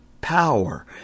power